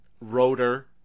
rotor